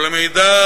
אבל מאידך,